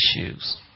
issues